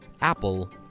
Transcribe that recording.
Apple